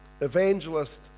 evangelist